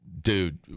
dude